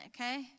okay